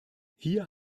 hier